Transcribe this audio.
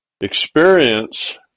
Experience